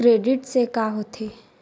Credit से का होथे?